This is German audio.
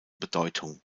bedeutung